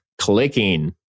clicking